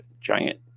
giant